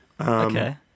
Okay